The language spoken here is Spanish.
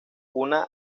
una